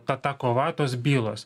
ta ta kova tos bylos